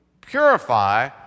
purify